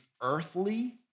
earthly